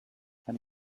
and